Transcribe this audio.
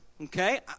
okay